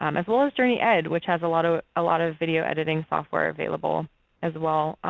um as well as journeyed which has a lot of ah lot of video editing software available as well.